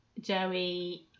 joey